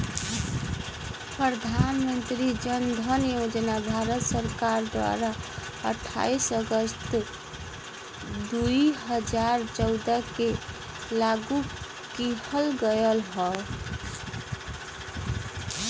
प्रधान मंत्री जन धन योजना भारत सरकार द्वारा अठाईस अगस्त दुई हजार चौदह के लागू किहल गयल हौ